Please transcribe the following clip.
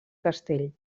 castell